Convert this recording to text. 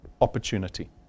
opportunity